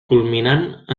culminant